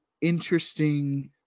interesting